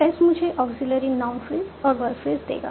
तो S मुझे auxiliary noun phrase और वर्ब फ्रेज देगा